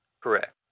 Correct